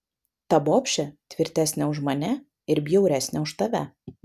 ta bobšė tvirtesnė už mane ir bjauresnė už tave